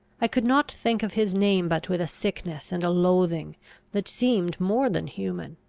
i could not think of his name but with a sickness and a loathing that seemed more than human.